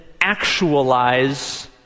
actualize